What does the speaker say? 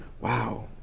wow